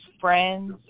friends